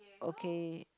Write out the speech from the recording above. okay